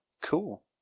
cool